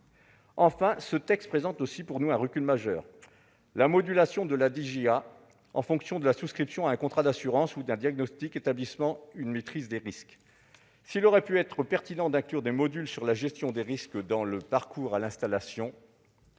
Enfin, ce texte présente un recul majeur, à savoir la modulation de la DJA en fonction de la souscription à un contrat d'assurance ou d'un diagnostic établissant une maîtrise des risques. Il aurait pu être pertinent d'inclure des modules sur la gestion des risques dans le parcours à l'installation,